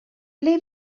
ble